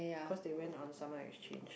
cause they went on summer exchange